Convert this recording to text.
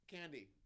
Candy